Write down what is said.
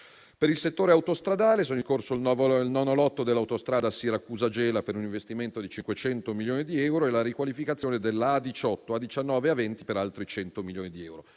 Per il settore autostradale sono in corso il nono lotto dell'autostrada Siracusa-Gela, per un investimento di 500 milioni di euro e la riqualificazione della A18, della A19 e della A20, per altri 100 milioni di euro.